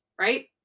right